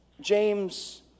James